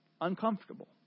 uncomfortable